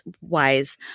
wise